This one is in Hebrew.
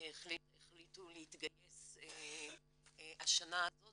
החליטו להתגייס השנה הזאת